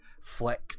flick